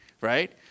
right